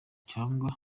cyangwa